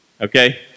okay